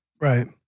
Right